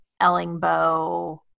Ellingbo